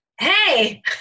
hey